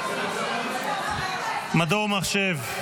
--- מדור מחשב,